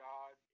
God